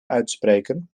uitspreken